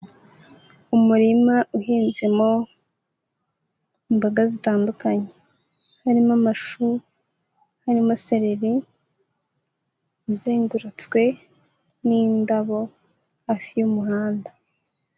Umurima uhinzemo imboga zitandukanye, harimo amashu, harimo sereri izengurutswe n'indabo hafi y'umuhanda.